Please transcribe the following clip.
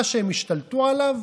מה שהם השתלטו עליו,